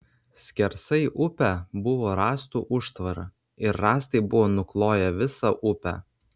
skersai upę buvo rąstų užtvara ir rąstai buvo nukloję visą upę